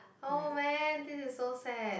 oh man this is so sad